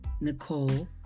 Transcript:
Nicole